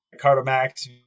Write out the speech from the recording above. Cardomax